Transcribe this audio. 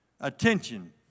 attention